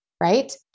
right